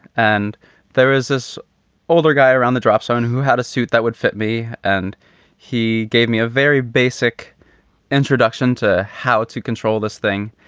and there is this older guy around the dropzone who had a suit that would fit me. and he gave me a very basic introduction to how to control this thing.